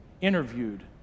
interviewed